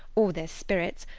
or their spirits,